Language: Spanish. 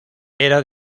era